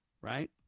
right